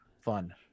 fun